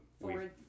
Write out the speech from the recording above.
Forward